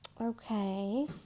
Okay